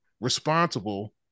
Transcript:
responsible